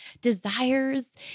desires